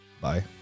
Bye